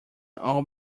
all